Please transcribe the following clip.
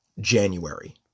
January